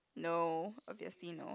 no obviously no